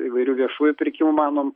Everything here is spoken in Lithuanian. įvairių viešųjų pirkimų manom